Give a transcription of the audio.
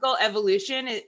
evolution